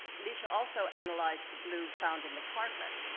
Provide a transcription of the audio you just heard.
lisha also analyzed the blue found in the carpet.